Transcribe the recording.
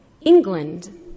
England